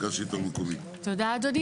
מרכז השלטון המקומי תודה אדוני,